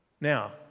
Now